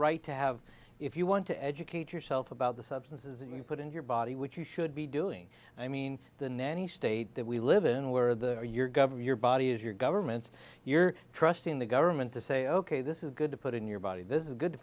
right to have if you want to educate yourself about the substances that you put in your body which you should be doing i mean the nanny state that we live in where they're your governor your body is your government your trust in the government to say ok this is good to put in your body this is good to